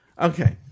Okay